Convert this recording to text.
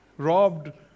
robbed